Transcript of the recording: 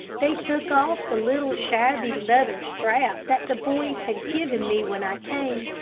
they took off the little shabby leather strap that the boys had given me when i came,